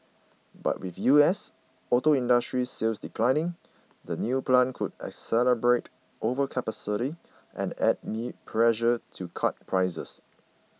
but with U S auto industry sales declining the new plant could exacerbate overcapacity and add me pressure to cut prices